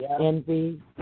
envy